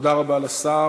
תודה רבה לשר.